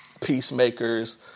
peacemakers